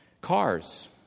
Cars